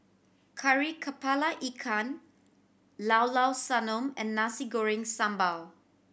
Kari Kepala Ikan Llao Llao Sanum and Nasi Goreng Sambal